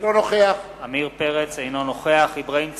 אינו נוכח אברהים צרצור,